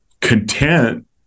content